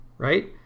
Right